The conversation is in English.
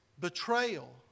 betrayal